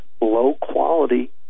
low-quality